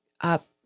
up